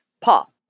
Paul